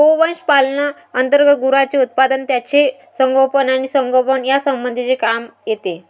गोवंश पालना अंतर्गत गुरांचे उत्पादन, त्यांचे संगोपन आणि संगोपन यासंबंधीचे काम येते